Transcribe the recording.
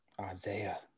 Isaiah